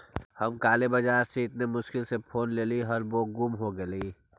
हम काले बाजार से इतनी मुश्किल से फोन लेली हल वो गुम हो गेलई